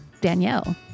Danielle